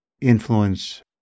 influence